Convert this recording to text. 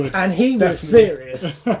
and he was serious,